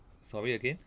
sorry again